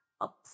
Up